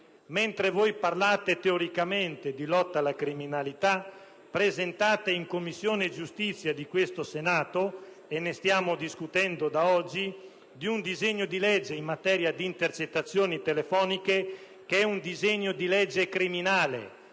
Mentre voi parlate teoricamente di lotta alla criminalità, presentate in Commissione giustizia di questo Senato - e ne stiamo discutendo da oggi - di un disegno di legge in materia di intercettazioni telefoniche che è un disegno di legge criminale,